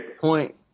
point